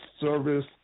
service